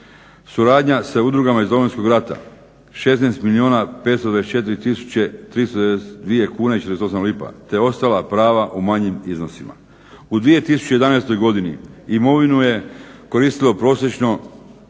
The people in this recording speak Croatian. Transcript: Suradnja sa udrugama iz Domovinskog rata 16 milijuna 524 tisuće 392 kune i 48 lipa te ostala prava u manjim iznosima. U 2011. godini imovinu je koristilo prosječno